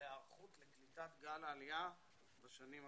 להיערכות לקליטת גל העלייה בשנים הקרובות.